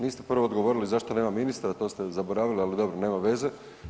Niste prvo odgovorili zašto nema ministra, na to ste zaboravili, ali dobro nema veze.